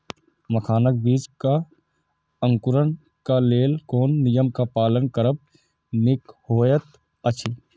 मखानक बीज़ क अंकुरन क लेल कोन नियम क पालन करब निक होयत अछि?